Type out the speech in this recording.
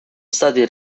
stati